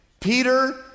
Peter